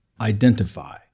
identify